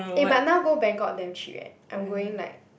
eh but now go Bangkok damn cheap eh I'm going like